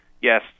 yes